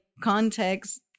context